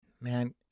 Man